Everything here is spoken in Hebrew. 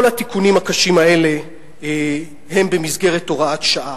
כל התיקונים הקשים האלה הם במסגרת הוראת שעה.